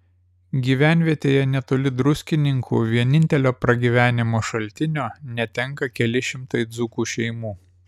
gyvenvietėje netoli druskininkų vienintelio pragyvenimo šaltinio netenka keli šimtai dzūkų šeimų